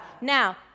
now